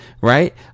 Right